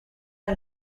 i’m